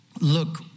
look